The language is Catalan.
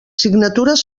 signatures